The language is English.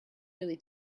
really